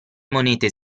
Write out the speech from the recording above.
monete